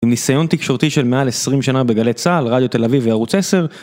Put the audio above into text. עם ניסיון תקשורתי של מעל 20 שנה בגלי צה״ל, רדיו תל אביב וערוץ 10